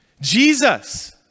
Jesus